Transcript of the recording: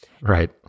Right